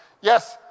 Yes